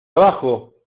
abajo